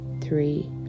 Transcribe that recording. three